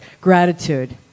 gratitude